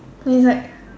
so it's like